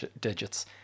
digits